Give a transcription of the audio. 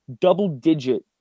double-digit